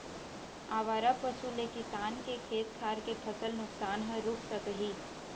आवारा पशु ले किसान के खेत खार के फसल नुकसान ह रूक सकही